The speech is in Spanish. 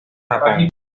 japón